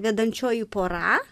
vedančioji pora